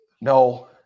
No